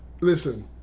Listen